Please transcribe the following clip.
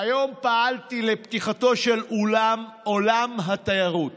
היום פעלתי לפתיחתו של עולם התיירות,